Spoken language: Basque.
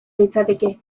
litzateke